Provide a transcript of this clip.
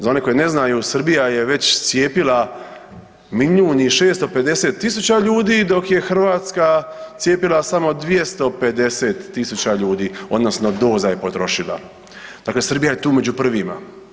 Za one koji ne znaju Srbija je već cijepila milijun i 650 tisuća ljudi dok je Hrvatska cijepila samo 250.000 ljudi odnosno doza je potrošila, dakle Srbija je tu među prvima.